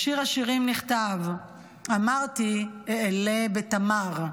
בשיר השירים נכתב: "אמרתי אֶעֱלֶה בְתמר"